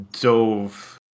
Dove